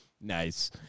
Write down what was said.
Nice